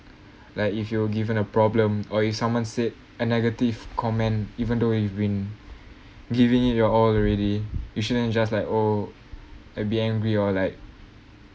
like if you were given a problem or if someone said a negative comment even though you've been giving it your all already you shouldn't just like oh uh be angry or like